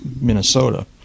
Minnesota